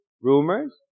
rumors